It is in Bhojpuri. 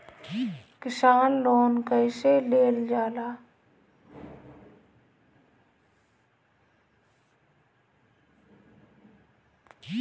किसान लोन कईसे लेल जाला?